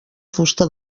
fusta